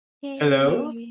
Hello